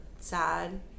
Sad